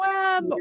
web